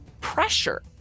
pressure